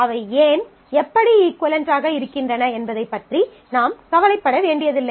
அவை ஏன் எப்படி இஃக்குவளென்ட் ஆக இருக்கின்றன என்பதைப் பற்றி நாம் கவலைப்பட வேண்டியதில்லை